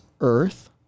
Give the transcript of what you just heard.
earth